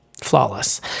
Flawless